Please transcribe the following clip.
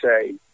say